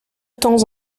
temps